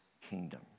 kingdom